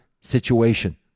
situation